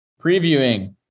previewing